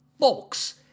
folks